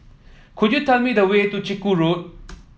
could you tell me the way to Chiku Road